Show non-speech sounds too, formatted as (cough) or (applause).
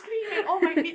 (noise)